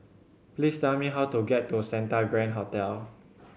please tell me how to get to Santa Grand Hotel